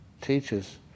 teachers